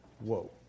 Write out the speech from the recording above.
whoa